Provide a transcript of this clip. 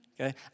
Okay